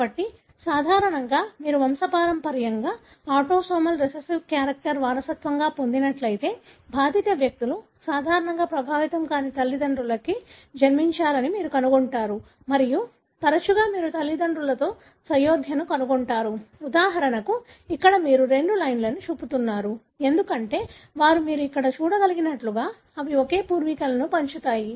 కాబట్టి సాధారణంగా మీరు వంశపారంపర్యంగా ఆటోసోమల్ రిసెసివ్ క్యారెక్టర్ వారసత్వంగా పొందినట్లయితే బాధిత వ్యక్తులు సాధారణంగా ప్రభావితం కాని తల్లిదండ్రులకు జన్మించారని మీరు కనుగొంటారు మరియు తరచుగా మీరు తల్లిదండ్రులలో సయోధ్యను కనుగొంటారు ఉదాహరణకు ఇక్కడ మీరు రెండు లైన్లు చూపుతున్నారు ఎందుకంటే వారు మీరు ఇక్కడ చూడగలిగినట్లుగా అవి ఒకే పూర్వీకులను పంచుకుంటాయి